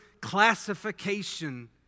classification